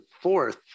fourth